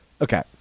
okay